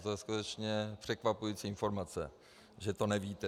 Je to skutečně překvapující informace, že to nevíte.